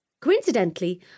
Coincidentally